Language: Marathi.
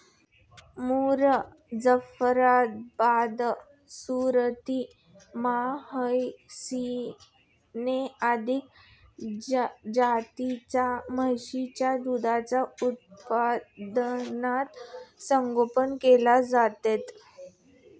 मुर, जाफराबादी, सुरती, मेहसाणा आदी जातींच्या म्हशींचे दूध उत्पादनात संगोपन केले जाते